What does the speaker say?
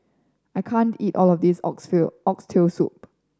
I can't eat all of this Oxtail Soup